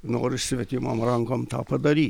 nori svetimom rankom tą padaryt